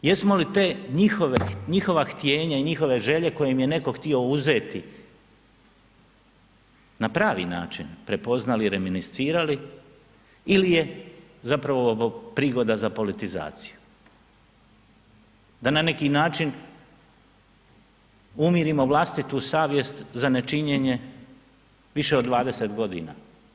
Jesmo li te njihove, njihova htjenja i njihove želje koje im je netko htio uzeti na pravi način prepoznali i reminiscirali ili je zapravo ovo prigoda za politizaciju da na neki način umirimo vlastitu savjest za nečinjenje više od 20.g.